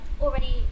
already